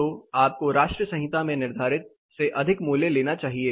तो आपको राष्ट्रीय संहिता में निर्धारित से अधिक मूल्य लेना चाहिए